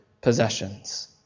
possessions